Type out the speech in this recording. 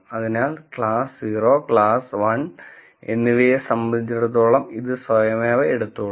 അതിനാൽ class 0 class 1 എന്നിവയെ സംബന്ധിച്ചിടത്തോളം ഇത് സ്വയമേവ എടുത്തോളും